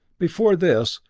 before this,